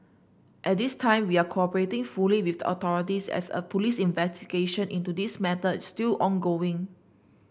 at this time we are cooperating fully with the authorities as a police investigation into this matter is still ongoing